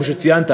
כמו שציינת,